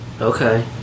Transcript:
Okay